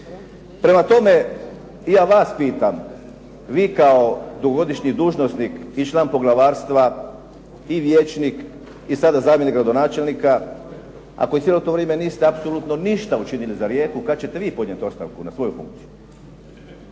Prema tome, i ja vas pitam vi kao dugogodišnji dužnosnik i član poglavarstva, i vijećnik, i sada zamjenik gradonačelnika a koji cijelo to vrijeme niste apsolutno ništa učinili za Rijeku kad ćete vi podnijeti ostavku na svoju funkciju.